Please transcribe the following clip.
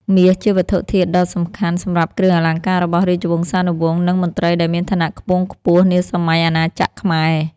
មាស ជាវត្ថុធាតុដ៏សំខាន់សម្រាប់គ្រឿងអលង្ការរបស់រាជវង្សានុវង្ស និងមន្ត្រីដែលមានឋានៈខ្ពង់ខ្ពស់នាសម័យអាណាចក្រខ្មែរ។